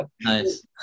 Nice